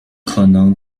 可能